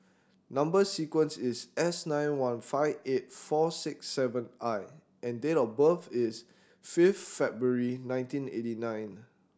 number sequence is S nine one five eight four six seven I and date of birth is fifth February nineteen eighty nine